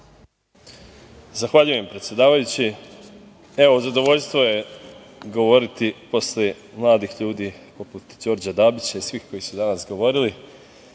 Zahvaljujem, predsedavajući. Evo, zadovoljstvo je govoriti posle mladih ljudi poput Đorđa Dabića i svih koji su danas govorili,